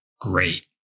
Great